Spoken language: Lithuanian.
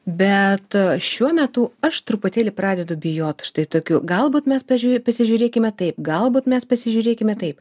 bet šiuo metu aš truputėlį pradedu bijot štai tokių galbūt mes pažiū pasižiūrėkime taip galbūt mes pasižiūrėkime taip